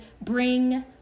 bring